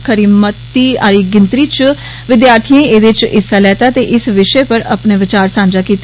खरी मती गिनतरी च विद्यार्थिए एह्दे च हिस्सा लैता ते इस विशे पर अपने विचार सांझे कीते